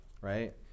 right